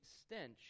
stench